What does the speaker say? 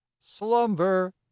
Slumber